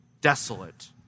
desolate